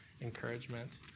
encouragement